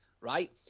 right